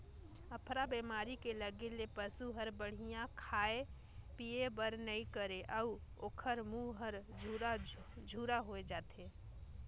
अफरा बेमारी के लगे ले पसू हर बड़िहा खाए पिए बर नइ करे अउ ओखर मूंह हर झूरा होय जाथे